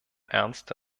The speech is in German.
ernste